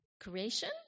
creation